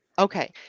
Okay